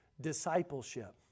discipleship